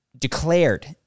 declared